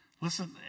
listen